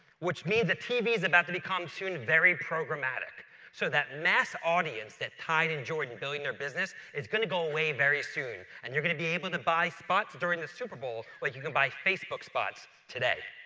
which means that tv is about to become soon very programmatic so that mass audience that tide enjoyed in building their business is going to go away very soon and you're going to be able to buy spots during the super bowl like you can buy facebook spots today.